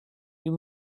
you